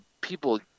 people